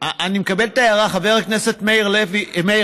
אני מקבל את ההערה, חבר הכנסת מאיר כהן.